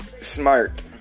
smart